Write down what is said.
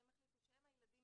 שהם החליטו שהם הילדים